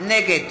נגד